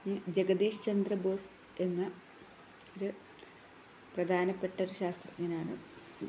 ജഗദിഷ് ചന്ദ്ര ബോസ് എന്നൊരു പ്രധാനപ്പെട്ടൊരു ശാസ്ത്രജ്ഞനാണ്